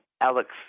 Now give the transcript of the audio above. Alex